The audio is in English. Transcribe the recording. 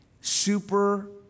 super